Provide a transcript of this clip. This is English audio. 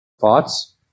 thoughts